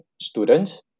students